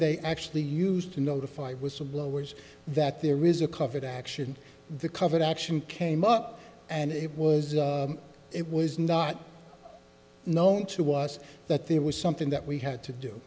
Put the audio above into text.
they actually used to notify whistleblowers that there is a covered action the covered action came up and it was it was not known to us that there was something that we had to do